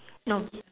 no